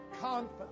confidence